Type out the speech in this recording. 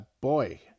boy